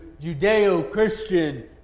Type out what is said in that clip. Judeo-Christian